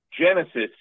Genesis